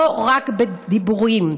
לא רק בדיבורים.